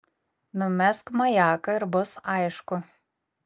numesk majaką ir bus aišku